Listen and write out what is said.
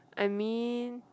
I mean